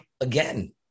again